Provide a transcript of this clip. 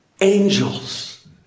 Angels